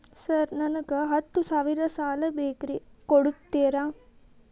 Sir ನನಗ ಹತ್ತು ಸಾವಿರ ಸಾಲ ಬೇಕ್ರಿ ಕೊಡುತ್ತೇರಾ?